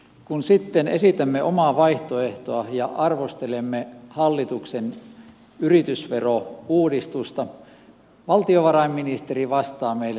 kun sitten esitämme omaa vaihtoehtoa ja arvostelemme hallituksen yritysverouudistusta valtiovarainministeri vastaa meille lukemalla tilastoa